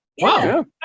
Wow